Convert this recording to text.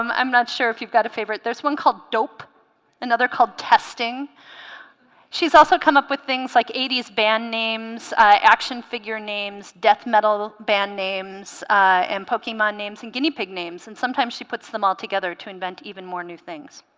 um i'm not sure if you've got a favorite there's one called dope another called testing she's also come up with things like eighty s band names action figure names death metal band names and pokemons names and guinea pig names and sometimes she puts them all together to invent even more new things